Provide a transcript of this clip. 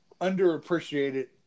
underappreciated